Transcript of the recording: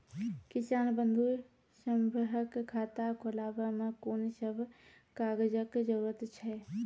किसान बंधु सभहक खाता खोलाबै मे कून सभ कागजक जरूरत छै?